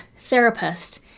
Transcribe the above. therapist